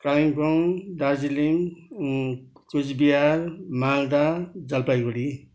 Jaigaon Darjeeling Coochbehar Malda Jalpaiguri